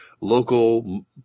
local